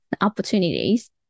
opportunities